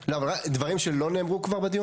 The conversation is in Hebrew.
לא, אבל דברים שלא נאמרו כבר בדיון?